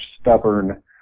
stubborn